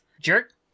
Jerk